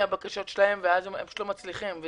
הם פשוט לא מצליחים.